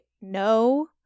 no